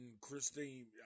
Christine